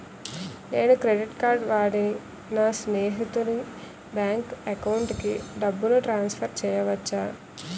నేను credit card వాడి నా స్నేహితుని బ్యాంక్ అకౌంట్ కి డబ్బును ట్రాన్సఫర్ చేయచ్చా?